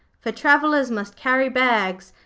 for travellers must carry bags,